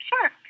Sure